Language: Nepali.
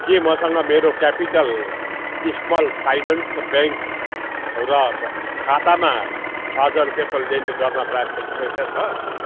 के मसँग मेरो क्यापिटल स्मल फाइनेन्स ब्याङ्क र खातामा छ हजार रुपियाँको लेनदेन गर्न पर्याप्त पैसा छ